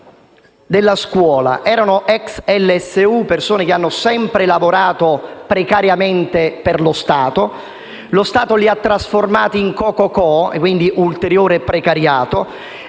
della scuola. Erano ex LSU, persone che hanno sempre lavorato precariamente per lo Stato, e da questo trasformati in co.co.co e, quindi, in ulteriore precariato.